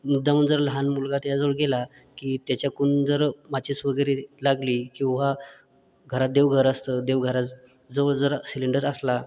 मुद्दामहून जर लहान मुलगा त्याच्याजवळ गेला त्याच्याकडून जर माचीस वगैरे लागली किंवा घरात देवघर असतं देवघराजवळ जर सिलेंडर असला